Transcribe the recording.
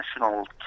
national